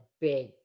big